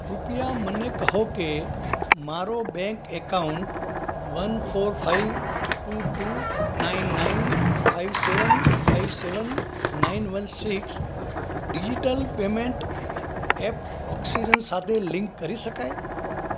કૃપયા મને કહો કે મારો bank account one four five two two nine nine five seven five seven nine one six digital payment app oxygen સાથે link કરી શકાય